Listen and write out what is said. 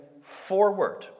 forward